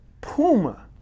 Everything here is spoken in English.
puma